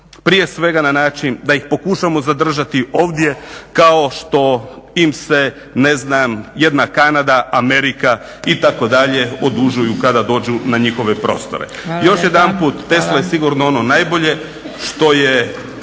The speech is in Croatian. prije svega na način da ih pokušamo zadržati ovdje kao što im se, ne znam, jedna Kanada, Amerika itd., odužuju kada dođu na njihove prostore. …/Upadica: Hvala lijepa. Hvala./… Još jedanput, Tesla je sigurno ono najbolje što je